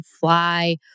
fly